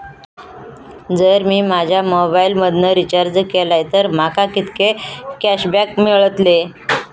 जर मी माझ्या मोबाईल मधन रिचार्ज केलय तर माका कितके कॅशबॅक मेळतले?